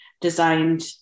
designed